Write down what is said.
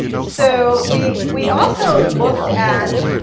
so we we also looked at